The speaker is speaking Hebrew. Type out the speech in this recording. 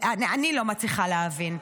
אני לא מצליחה להבין.